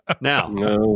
Now